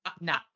Nah